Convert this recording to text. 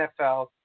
NFL